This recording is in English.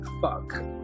fuck